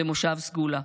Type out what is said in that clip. במושב סגולה.